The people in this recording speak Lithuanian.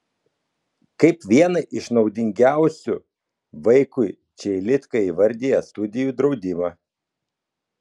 kaip vieną iš naudingiausių vaikui čeilitka įvardija studijų draudimą